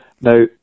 now